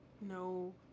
no